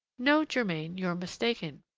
no, germain, you're mistaken,